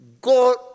God